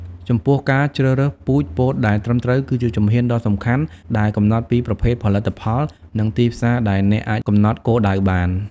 ចំពោះការជ្រើសរើសពូជពោតដែលត្រឹមត្រូវគឺជាជំហានដ៏សំខាន់ដែលកំណត់ពីប្រភេទផលិតផល និងទីផ្សារដែលអ្នកអាចកំណត់គោលដៅបាន។